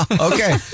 Okay